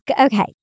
Okay